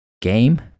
game